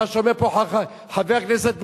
מה שאומר פה חבר הכנסת מולה,